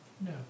No